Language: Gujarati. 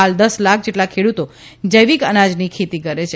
હાલ દસ લાખ જેટલા ખેડૂતો જૈવિક અનાજની ખેતી કરે છે